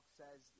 says